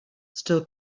still